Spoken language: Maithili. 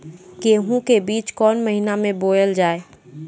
गेहूँ के बीच कोन महीन मे बोएल जाए?